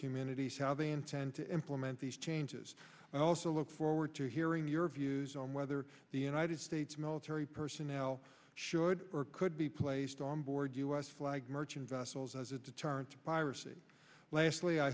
communities how they intend to implement these changes and also look forward to hearing your views on whether the united states military personnel should or could be placed on board u s flagged merchant vessels as a deterrent to piracy lastly i